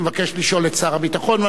שמבקש לשאול את שר הביטחון.